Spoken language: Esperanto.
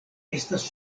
estas